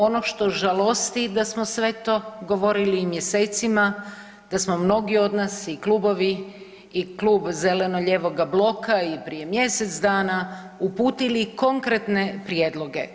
Ono što žalosti da smo sve to govorili i mjesecima, da smo mnogi od nas i klubovi i Klub zeleno-lijevoga bloka i prije mjesec dana uputili konkretne prijedloge.